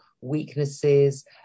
weaknesses